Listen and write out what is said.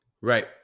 Right